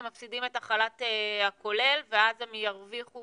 מפסידים את החל"ת הכולל ואז הם ירוויחו,